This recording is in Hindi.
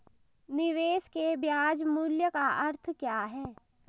निवेश के ब्याज मूल्य का अर्थ क्या है?